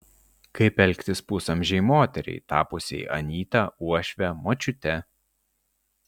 kaip elgtis pusamžei moteriai tapusiai anyta uošve močiute